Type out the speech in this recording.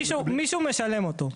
מישהו משלם אותו.